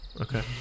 Okay